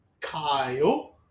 Kyle